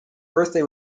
birthday